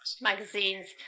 magazines